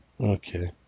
Okay